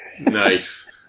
nice